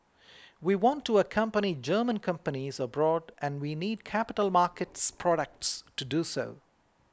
we want to accompany German companies abroad and we need capital markets products to do so